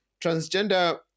transgender